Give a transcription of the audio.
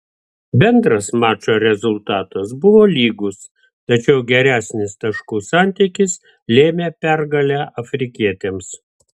bendras mačo rezultatas buvo lygus tačiau geresnis taškų santykis lėmė pergalę afrikietėms